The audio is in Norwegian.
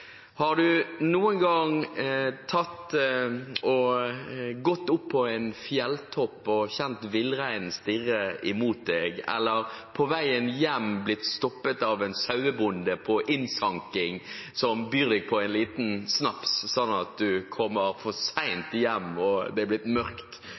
Har du noen gang gått opp på en fjelltopp og kjent villreinen stirre imot deg eller på veien hjem blitt stoppet av en sauebonde på innsanking som byr deg på en liten snaps, sånn at du kommer for